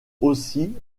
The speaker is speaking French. aussi